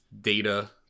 data